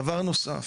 דבר נוסף,